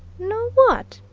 know what?